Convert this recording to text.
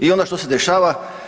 I onda što se dešava?